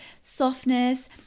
softness